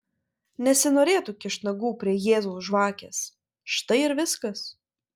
nesinorėtų kišt nagų prie jėzaus žvakės štai ir viskas